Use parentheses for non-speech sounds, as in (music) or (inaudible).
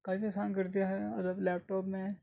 (unintelligible) کرتی ہے جب لیپٹاپ میں